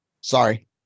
Sorry